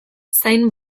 zain